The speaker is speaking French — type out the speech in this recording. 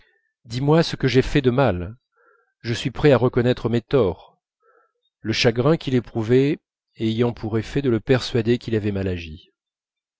dis-moi ce que j'ai fait de mal je suis prêt à reconnaître mes torts le chagrin qu'il éprouvait ayant pour effet de le persuader qu'il avait mal agi